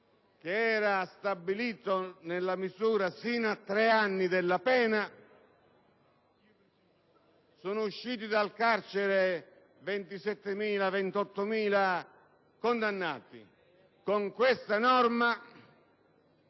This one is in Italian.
che era stabilito nella misura sino a tre anni della pena, sono usciti dal carcere 27.000-28.000 condannati, con questa norma